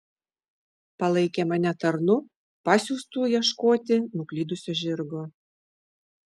palaikė mane tarnu pasiųstu ieškoti nuklydusio žirgo